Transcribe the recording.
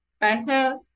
better